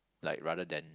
like rather than